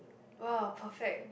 !wow! perfect